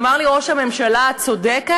אמר לי ראש הממשלה: את צודקת,